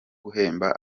guhemba